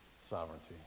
sovereignty